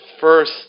first